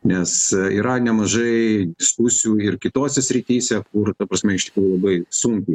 nes yra nemažai diskusijų ir kitose srityse kur ta prasme iš tikrųjų labai sunkiai